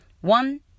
One